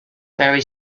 very